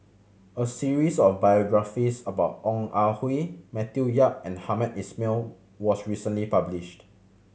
a series of biographies about Ong Ah Hoi Matthew Yap and Hamed Ismail was recently published